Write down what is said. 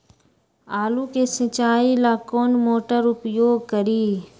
आलू के सिंचाई ला कौन मोटर उपयोग करी?